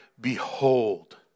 behold